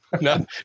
No